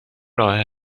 راه